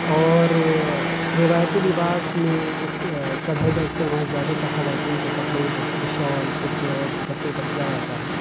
اور روایتی لباس میں اس کڑھائی کا استمعال زیادہ تر خواتین کے کپڑوں جیسے کہ شال کرتے اور دپٹے پر کیا جاتا ہیں